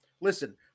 listen